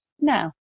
now